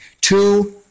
Two